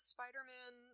Spider-Man